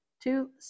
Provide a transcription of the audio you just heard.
two